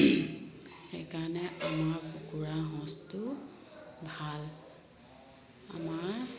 সেইকাৰণে আমাৰ কুকুৰা সঁচটো ভাল আমাৰ